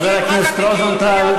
חבר הכנסת רוזנטל,